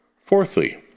Fourthly